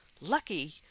lucky